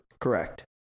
Correct